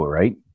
right